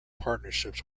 partnerships